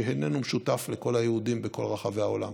שאיננו משותף לכל היהודים בכל רחבי העולם.